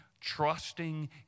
trusting